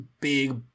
big